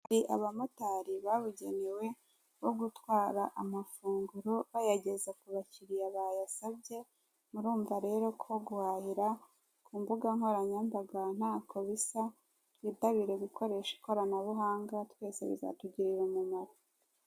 Hari aba motari babugenewe, bo gutwara amafunguro bayageza ku bakiriya bayasabye, murumva rero ko guhahira ku mbugankoranyambaga ntako bisa, twitabire gukoresha ikoranabuhanga twese bizatugirira umumaro.